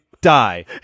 die